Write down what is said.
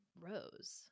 rose